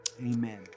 Amen